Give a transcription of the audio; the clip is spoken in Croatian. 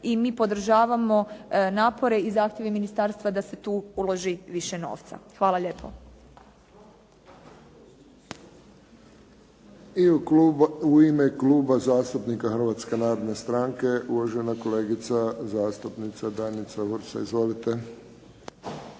i mi podržavamo napore i zahtjeve ministarstva da se tu uloži više novca. Hvala lijepo.